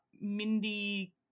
Mindy